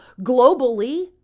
globally